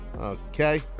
okay